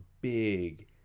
big